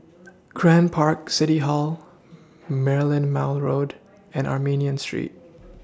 Grand Park City Hall Merlimau Road and Armenian Street